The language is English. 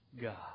God